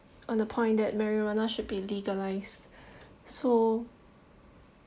on the point that marijuana should be legalized so